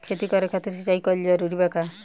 खेती करे खातिर सिंचाई कइल जरूरी बा का?